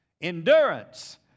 Endurance